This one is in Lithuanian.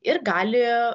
ir gali